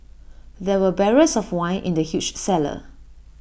there were barrels of wine in the huge cellar